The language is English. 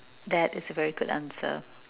that is a very good answer